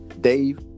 Dave